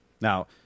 Now